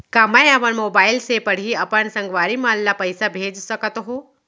का मैं अपन मोबाइल से पड़ही अपन संगवारी मन ल पइसा भेज सकत हो?